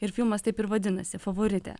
ir filmas taip ir vadinasi favoritė